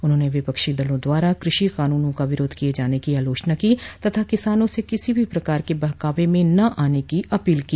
उन्होंने विपक्षी दलों द्वारा कृषि कानूनों का विरोध किये जाने की आलोचना की तथा किसानों से किसी प्रकार के बहकावे में न आने की अपील की